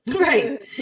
right